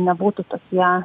nebūtų tokie